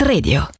Radio